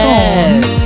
Yes